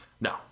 no